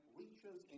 reaches